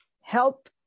help